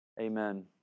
Amen